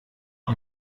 این